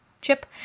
chip